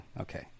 Okay